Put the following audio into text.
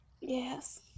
Yes